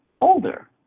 older